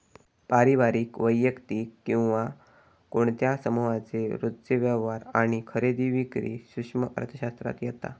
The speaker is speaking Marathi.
पारिवारिक, वैयक्तिक किंवा कोणत्या समुहाचे रोजचे व्यवहार आणि खरेदी विक्री सूक्ष्म अर्थशास्त्रात येता